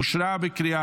בקריאה